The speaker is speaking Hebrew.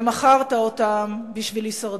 ומכרת אותם בשביל הישרדות.